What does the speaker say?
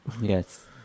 Yes